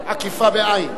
עקיפה, בעי"ן.